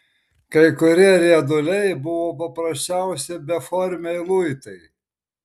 kai kurie rieduliai buvo paprasčiausi beformiai luitai